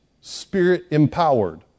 spirit-empowered